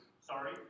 Sorry